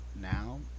now